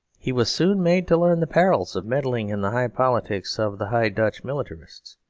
he was soon made to learn the perils of meddling in the high politics of the high dutch militarists.